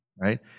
right